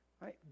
Right